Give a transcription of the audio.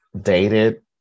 dated